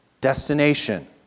destination